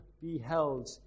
beheld